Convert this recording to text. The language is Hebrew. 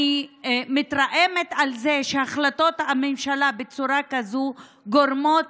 אני מתרעמת על זה שהחלטות המשלה בצורה כזאת גורמות